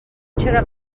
چرا